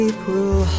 April